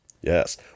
Yes